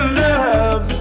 love